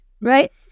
Right